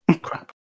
crap